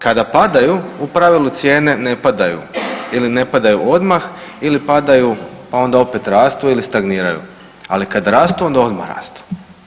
Kada padaju u pravilu cijene ne padaju ili ne padaju odmah ili padaju pa onda opet rastu ili stagniraju, ali kad rastu onda odmah rastu.